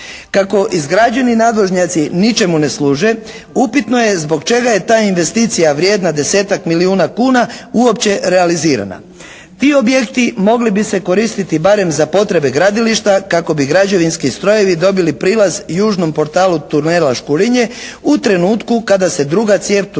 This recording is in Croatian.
Kako izgrađeni nadvožnjaci ničemu ne služe upitno je zbog čega je ta investicija vrijedna 10-tak milijuna kuna uopće realizirana. Ti objekti mogli bi se koristiti barem za potrebe gradilišta kako bi građevinski strojevi dobili prilaz južnom portalu tunela Škurinje u trenutku kada se druga cijev tunela